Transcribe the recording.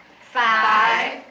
Five